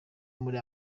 muri